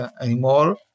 anymore